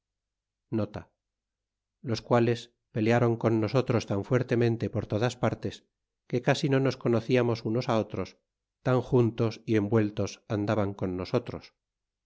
ii los quales pelearon con nosotros tan fuertemente por loi das partes que casi no nos conociamos unos otros unjan tos y envueltos andaban con nosotros